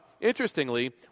interestingly